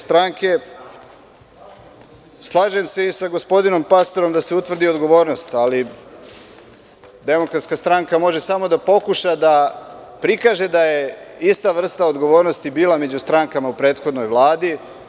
Slažem se i sa gospodinom Pastorom da se utvrdi odgovornost, ali DS može samo da pokuša da prikaže da je ista vrsta odgovornosti bila među stranaka u prethodnoj Vladi.